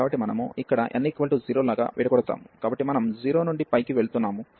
కాబట్టి మనము ఇక్కడ n 0 లాగా విడగొడతాము కాబట్టి మనం 0 నుండి కి వెళ్తున్నాము